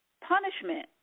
punishment